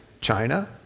China